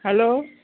hello